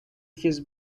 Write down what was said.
his